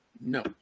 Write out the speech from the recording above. no